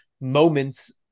moments